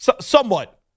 somewhat